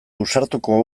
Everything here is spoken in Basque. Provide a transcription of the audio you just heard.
ausartuko